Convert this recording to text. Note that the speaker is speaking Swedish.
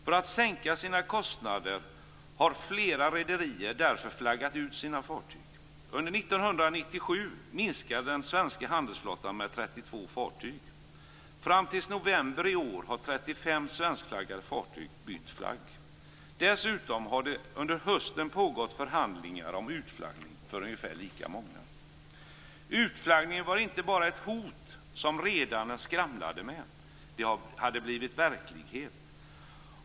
För att sänka sina kostnader har flera rederier därför flaggat ut sina fartyg. Under 1997 minskade den svenska handelsflottan med 32 fartyg. Fram till november i år har 35 svenskflaggade fartyg bytt flagg. Dessutom har det under hösten pågått förhandlingar om utflaggning för ungefär lika många. Utflaggningen var inte bara ett hot som redarna skramlade med - det hade blivit verklighet.